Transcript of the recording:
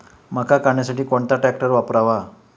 मका काढणीसाठी कोणता ट्रॅक्टर वापरावा?